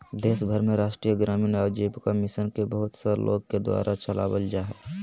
देश भर में राष्ट्रीय ग्रामीण आजीविका मिशन के बहुत सा लोग के द्वारा चलावल जा हइ